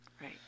right